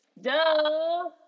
Duh